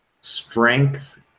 strength